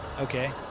Okay